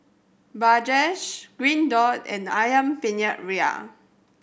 Bajaj Green Dot and Ayam Penyet Ria